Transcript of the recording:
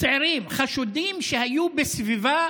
צעירים חשודים שהיו בסביבה